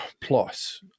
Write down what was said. Plus